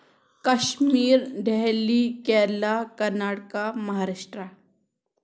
Kashmir Delhi Kerala Karnataka Maharashtra